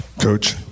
Coach